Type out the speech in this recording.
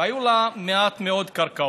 והיו לה מעט מאוד קרקעות.